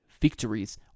victories